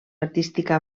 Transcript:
artística